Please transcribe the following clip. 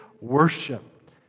worship